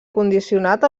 condicionat